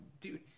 dude